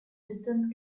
distance